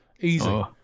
Easy